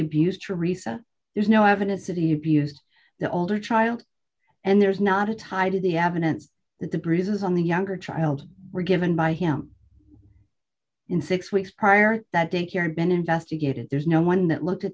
abused teresa there's no evidence that he abused the older child and there's not a tied to the evidence that the bruises on the younger child were given by him in six weeks prior to that day care been investigated there's no one that looked at